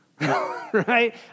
Right